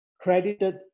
credited